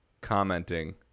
commenting